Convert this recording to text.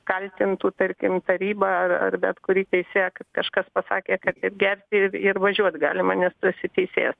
kaltintų tarkim tarybą ar ar bet kurį teisėją kad kažkas pasakė kad taip gerti ir ir važiuot galima nes tu esi teisėjas